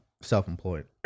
self-employed